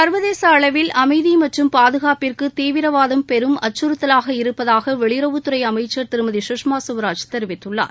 சர்வதேச அளவில் அமைதி மற்றும் பாதுகாப்பிற்கு தீவரவாதம் பெரும் அச்சுறுத்தலாக இருப்பதாக வெளியுறவுத்துறை அமைச்சர் திருமதி சுஷ்மா ஸ்வராஜ் தெரிவித்துள்ளார்